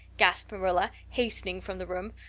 gasped marilla, hastening from the room.